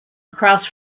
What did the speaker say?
across